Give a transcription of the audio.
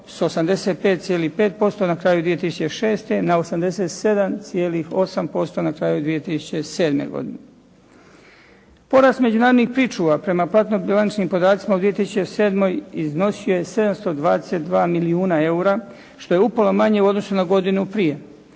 85,5% na kraju 2006. na 87,8% na kraju 2007. godine. Porast međunarodnih pričuva prema platno bilančnim podacima u 2007. iznosio 722 milijuna eura, što je upola manje u odnosu na godinu prije.